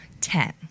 ten